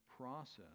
Process